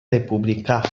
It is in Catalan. republicà